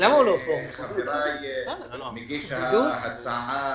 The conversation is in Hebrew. מגיש ההצעה